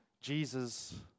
Jesus